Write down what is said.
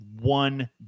one